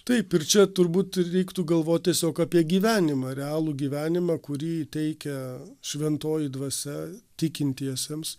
taip ir čia turbūt reiktų galvot tiesiog apie gyvenimą realų gyvenimą kurį teikia šventoji dvasia tikintiesiems